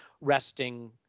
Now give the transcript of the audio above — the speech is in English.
resting